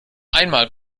einmal